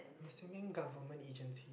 I am assuming government agency